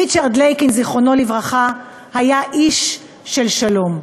ריצ'רד לייקין, זיכרונו לברכה, היה איש של שלום.